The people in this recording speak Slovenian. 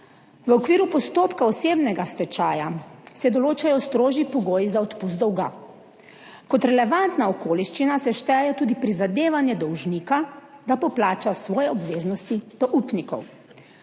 V okviru postopka osebnega stečaja se določajo strožji pogoji za odpust dolga. Kot relevantna okoliščina se štejejo tudi prizadevanja dolžnika, da poplača svoje obveznosti do upnikov.